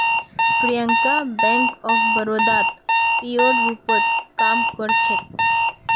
Priyanka bank of बड़ौदात पीओर रूपत काम कर छेक